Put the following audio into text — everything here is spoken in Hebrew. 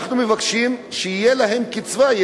אנחנו מבקשים שתהיה להם קצבה,